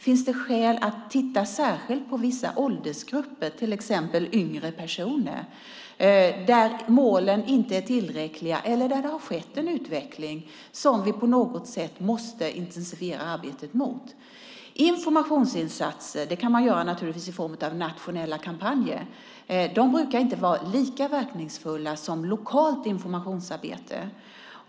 Finns det skäl att titta särskilt på vissa åldersgrupper, till exempel yngre personer, där målen inte är tillräckliga eller där det har skett en utveckling som gör att vi på något sätt måste intensifiera arbetet? Man kan naturligtvis göra informationsinsatser i form av nationella kampanjer. De brukar dock inte vara lika verkningsfulla som lokalt informationsarbete.